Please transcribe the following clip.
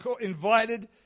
invited